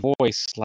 voice